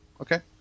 Okay